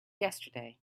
yesterday